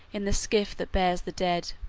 in the skiff that bears the dead.